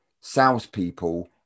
salespeople